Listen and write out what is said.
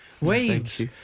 Waves